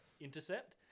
intercept